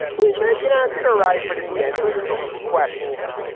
who he said, you know, did or right. but in the end, the results were questionable.